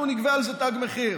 אנחנו נגבה על זה תג מחיר.